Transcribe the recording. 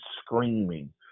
screaming